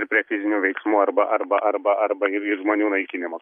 ir prie fizinių veiksmų arba arba arba arba ir žmonių naikinimo